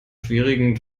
schwierigen